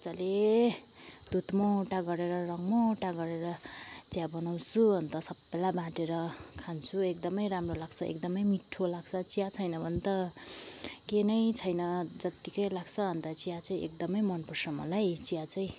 मज्जाले दुध मोटा गरेर रङ मोटा गरेर चिया बनाउँछु अन्त सबैलाई बाँटेर खान्छु एक्दमै राम्रो लाग्छ एकदमै मिठो लाग्छ चिया छैन भने त के नै छैन जत्तिकै लाग्छ अन्त चिया चाहिँ एकदमै मन पर्छ मलाई चिया चाहिँ